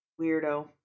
Weirdo